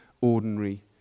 ordinary